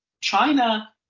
China